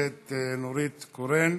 הכנסת נורית קורן.